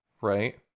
right